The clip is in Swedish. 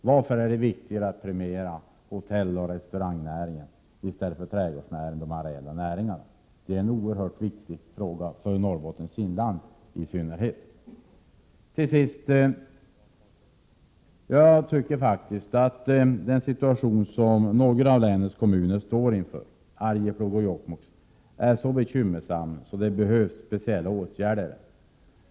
Varför är det viktigare att premiera hotelloch restaurangnäringen i stället för trädgårdsnäringen och de areella näringarna? Det är en oerhört viktig fråga för i synnerhet Norrbottens inland. Den situation som några av länets kommuner står inför, t.ex. Arjeplog och Jokkmokk, är så bekymmersam att det behövs speciella åtgärder.